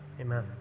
Amen